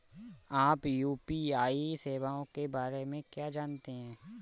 आप यू.पी.आई सेवाओं के बारे में क्या जानते हैं?